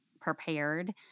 prepared